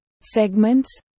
Segments